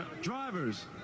Drivers